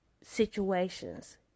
situations